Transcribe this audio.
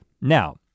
Now